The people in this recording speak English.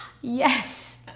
yes